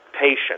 patient